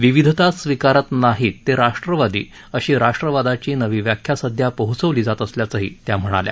विविधता स्वीकारत नाहीत ते राष्ट्रवादी अशी राष्ट्रवादाची नवी व्याख्या सध्या पोहोचवली जात असल्याचंही त्या म्हणाल्या